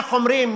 איך אומרים,